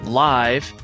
live